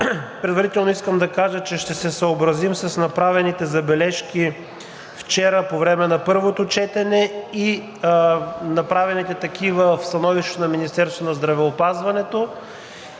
Предварително искам да кажа, че ще се съобразим с направените забележки вчера по време на първото четене и направените такива в становището на Министерството на здравеопазването